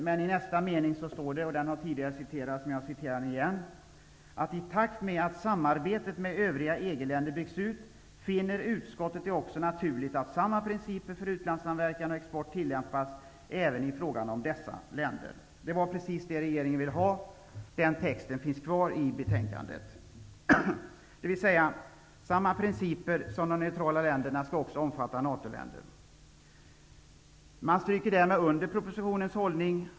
Men i nästa mening, som har citerats tidigare, står det: ''I takt med att samarbetet med övriga EG-länder byggs ut finner utskottet det också naturligt att samma principer för utlandssamverkan och export tillämpas även i fråga om dessa länder.'' Det var precis det regeringen ville ha. Den texten finns kvar i betänkandet. Det betyder att de principer som gäller för de neutrala länderna också skall omfatta NATO-länder. Man stryker därmed under propositionens hållning.